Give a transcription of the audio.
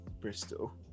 Bristol